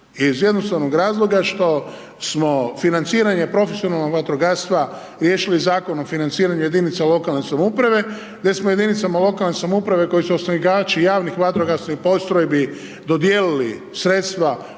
iz jednostavnog razloga, što smo financiranje profesionalnog vatrogastva, riješili Zakon o financiranju jedinice lokalne samouprave, gdje smo jedinicama lokalne samouprave koji su osnivači javnih vatrogasnih postrojbi, dodjeli sredstva udjel